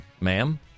ma'am